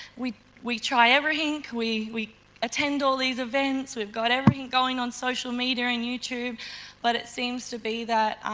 we we try everything, we we attend all these events, we've got everything going on social media and youtube but it seems to be that